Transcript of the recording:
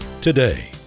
today